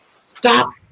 Stop